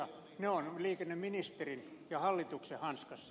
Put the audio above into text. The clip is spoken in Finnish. ne ovat liikenneministerin ja hallituksen hanskassa